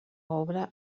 obra